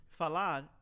Falar